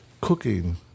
cooking